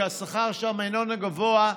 שהשכר שם איננו גבוה,